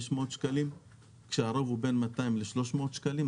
שקלים כשהרוב הוא בין 200 ל-300 שקלים,